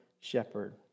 shepherd